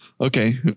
Okay